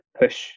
push